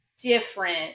different